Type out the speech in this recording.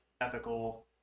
ethical